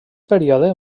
període